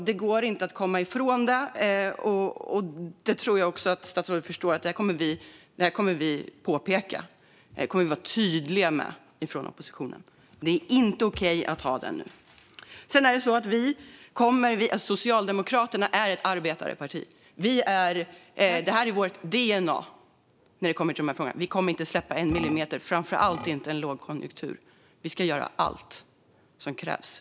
Det går inte att komma ifrån det. Det tror jag också att statsrådet förstår. Det kommer vi att påpeka och vara tydliga med från oppositionen. Det är inte okej att göra det nu. Socialdemokraterna är ett arbetarparti. Det är vårt dna när det kommer till de här frågorna. Vi kommer inte att släppa en millimeter, framför allt inte i en lågkonjunktur. Vi ska göra allt som krävs.